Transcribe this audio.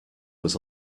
was